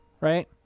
right